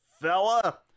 fella